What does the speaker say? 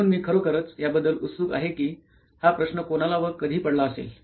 म्हणून मी खरोखरच याबद्दल उत्सुक आहे कि हा प्रश्न कोणाला व कधी पडला असेल